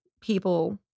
people